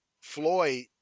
Floyd